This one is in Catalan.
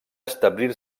establir